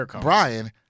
Brian